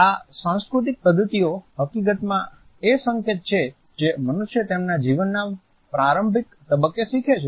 આ સાંસ્કૃતિક પદ્ધતિઓ હકીકતમાં એ સંકેત છે જે મનુષ્ય તેમના જીવનના પ્રારંભિક તબક્કે શીખે છે